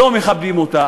לא מכבדים אותה,